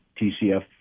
TCF